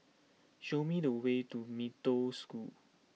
show me the way to Mee Toh School